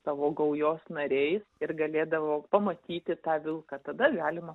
savo gaujos nariais ir galėdavo pamatyti tą vilką tada galima